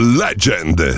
legend